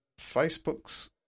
facebook's